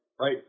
Right